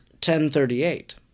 10.38